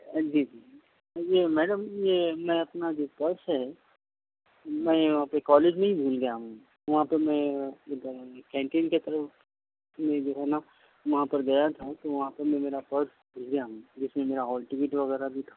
جی جی جی میڈم یہ میں اپنا جو پرس ہے میں وہاں پہ کالج میں ہی بھول گیا ہوں وہاں پہ میں کینٹین کے طرف میں جو ہے نا وہاں پر گیا تھا تو وہاں پہ میں میرا پرس بھول گیا ہوں جس میں میرا ہال ٹکٹ وغیرہ بھی تھا